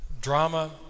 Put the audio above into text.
drama